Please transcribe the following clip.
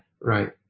right